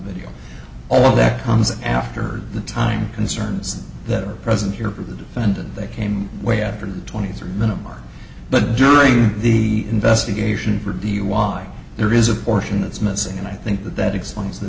radio all that comes after the time concerns that are present here for the defendant that came way after twenty three minute mark but during the investigation or do you why there is a portion that is missing and i think that that explains the